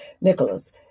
Nicholas